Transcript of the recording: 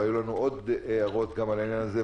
היו לנו עוד הערות גם על העניין הזה,